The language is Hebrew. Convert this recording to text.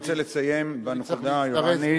אני רוצה לסיים בנקודה האירנית,